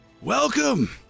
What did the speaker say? Welcome